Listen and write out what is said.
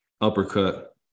uppercut